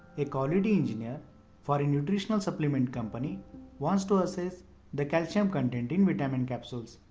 a quality engineer for a nutritional supplement company wants to assess the calcium content in vitamin capsules.